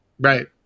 right